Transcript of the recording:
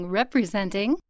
representing